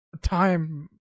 time